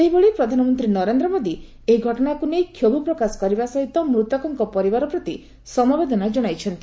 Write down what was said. ସେହିଭଳି ପ୍ରଧାନମନ୍ତ୍ରୀ ନରେନ୍ଦ୍ର ମୋଦି ଏହି ଘଟଣାକୁ ନେଇ କ୍ଷୋଭ ପ୍ରକାଶ କରିବା ସହିତ ମୂତକଙ୍କ ପରିବାର ପ୍ରତି ସମବେଦନା ଜଣାଇଛନ୍ତି